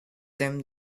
them